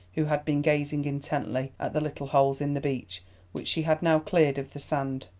who had been gazing intently at the little holes in the beach which she had now cleared of the sand.